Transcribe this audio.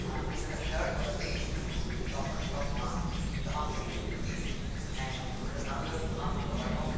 हा मूं जेका शर्ट वरती शॉपर स्टॉप मां तमामु सुठी निकिती ऐं हुन जो रंग तमामु मूंखे वणियो